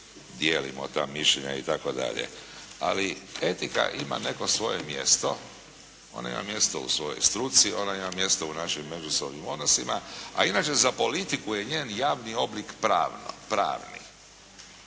dijelimo ta mišljenja itd. Ali etika ima neko svoje mjesto, ona ima mjesto u svojoj struci, ona ima mjesto u našim međusobnim odnosima, a inače za politiku je njen javni oblik pravni.